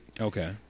Okay